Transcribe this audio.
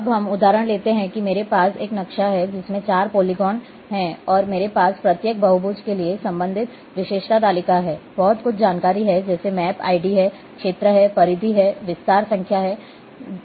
अब हम उदाहरण लेते हैं कि मेरे पास एक नक्शा है जिसमें चार पॉलीगोन हैं और मेरे पास प्रत्येक बहुभुज के लिए संबंधित विशेषता तालिका है बहुत कुछ जानकारी है जैसे मैप आईडी है क्षेत्र है परिधि है विस्तार संख्या है वहाँ